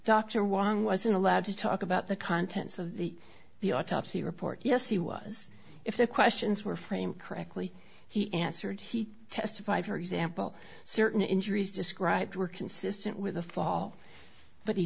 dr wong wasn't allowed to talk about the contents of the the autopsy report yes he was if the questions were framed correctly he answered he testified for example certain injuries described were consistent with a fall but he